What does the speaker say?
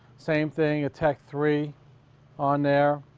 same thing a tek three on there.